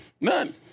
None